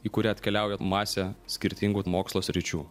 į kurią atkeliauja masę skirtingų mokslo sričių